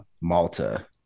Malta